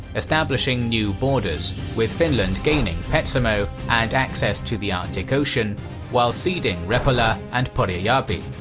establishing new borders, with finland gaining petsamo and access to the arctic ocean while ceding repola and porajarvi.